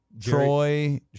Troy